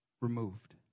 removed